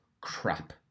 crap